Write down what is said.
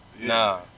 Nah